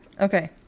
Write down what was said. Okay